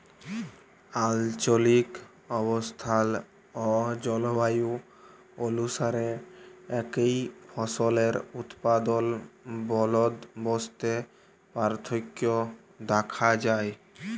আলচলিক অবস্থাল অ জলবায়ু অলুসারে একই ফসলের উৎপাদল বলদবস্তে পার্থক্য দ্যাখা যায়